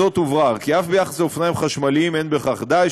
עם זאת הוברר כי אף ביחס לאופניים חשמליים אין בכך די,